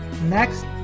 Next